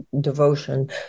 devotion